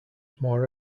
more